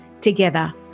Together